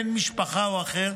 בן משפחה או אחר,